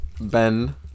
Ben